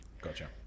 Gotcha